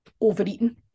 overeaten